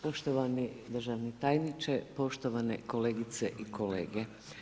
Poštovani državni tajniče, poštovane kolegice i kolege.